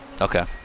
Okay